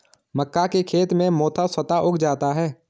मक्का के खेत में मोथा स्वतः उग जाता है